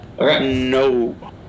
No